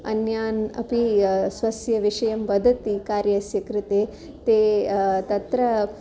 अन्यान् अपि स्वस्य विषयं वदति कार्यस्य कृते ते तत्र